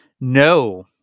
No